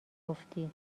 گفتی